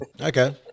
Okay